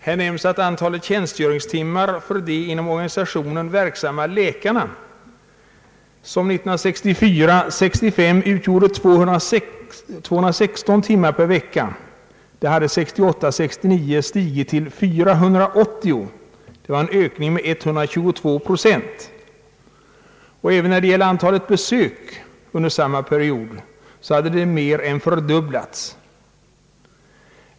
Här nämns att antalet tjänstgöringstimmar för de inom organisationen verksamma läkarna, som 1964 69 hade stigit till 480 timmar, en ökning med 122 procent. Även antalet besök hos läkarna under samma period hade mer än fördubblats.